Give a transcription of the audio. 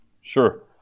Sure